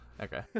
okay